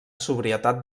sobrietat